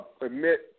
admit